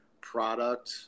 product